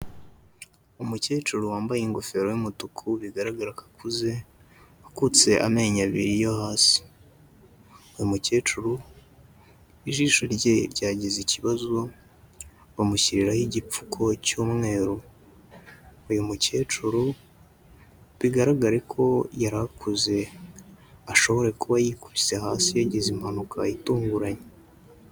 Umukecuru wambaye ingofero y'umutuku bigaragara ko akuze wakutse amenyo abiri yo hasi, uyu umukecuru ijisho rye ryagize ikibazo bamushyiriraho igipfuko cy'umweru, uyu mukecuru bigaragare ko yari akuze ashobore kuba yikubise hasi yagize impanuka itunguranye.